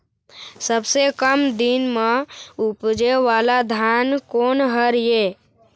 सबसे कम दिन म उपजे वाला धान कोन हर ये?